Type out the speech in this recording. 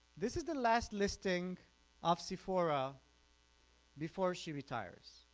this is the last listing of sephora before she retires.